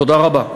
תודה רבה.